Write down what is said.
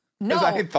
no